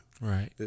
Right